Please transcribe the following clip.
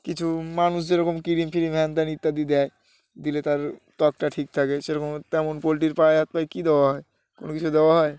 কিছু মানুষ যেরকম ক্রিম ফ্রিম হ্যান ত্যান ইত্যাদি দেয় দিলে তার ত্বকটা ঠিক থাকে সেরকম তেমন পোলট্রির পায়ে হাত পায়ে কী দেওয়া হয় কোনো কিছু দেওয়া হয়